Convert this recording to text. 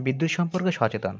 বিদ্যুৎ সম্পর্কে সচেতন